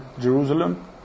Jerusalem